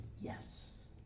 yes